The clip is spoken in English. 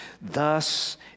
Thus